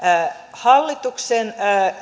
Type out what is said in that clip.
hallituksen